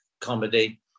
comedy